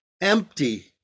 empty